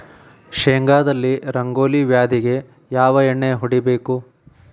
ಶೇಂಗಾದಲ್ಲಿ ರಂಗೋಲಿ ವ್ಯಾಧಿಗೆ ಯಾವ ಎಣ್ಣಿ ಹೊಡಿಬೇಕು?